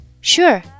Sure